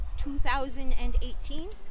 2018